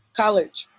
college.